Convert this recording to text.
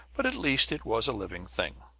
but at least it was a living thing.